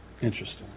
Interesting